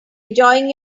enjoying